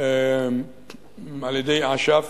על-ידי אש"ף,